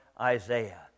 Isaiah